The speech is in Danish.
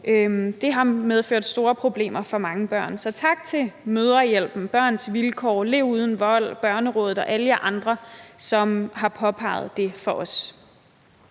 Det har medført store problemer for mange børn. Så tak til Mødrehjælpen, Børns Vilkår, Lev uden vold, Børnerådet og alle jer andre, som har påpeget det for os.